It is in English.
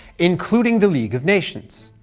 including the league of nations.